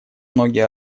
многие